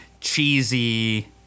cheesy